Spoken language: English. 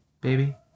baby